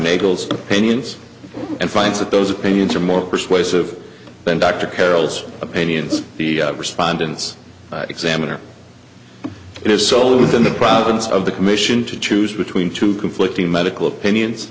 nagel's opinions and finds that those opinions are more persuasive than dr carroll's opinions the respondents examiner is so within the province of the commission to choose between two conflicting medical opinions